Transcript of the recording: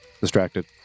distracted